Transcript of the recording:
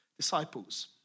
disciples